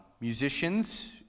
musicians